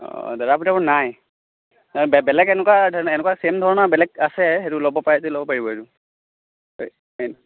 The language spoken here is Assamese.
অঁ বেলাভিটাবোৰ নাই বেলেগ এনেকুৱা আছে এনেকুৱা ছেইম ধৰণৰ বেলেগ আছে সেইটো ল'ব পাৰে যদি ল'ব পাৰিব সেইটো